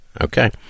Okay